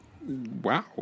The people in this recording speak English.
Wow